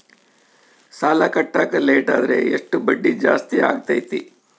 ಸಾಲ ಕಟ್ಟಾಕ ಲೇಟಾದರೆ ಎಷ್ಟು ಬಡ್ಡಿ ಜಾಸ್ತಿ ಆಗ್ತೈತಿ?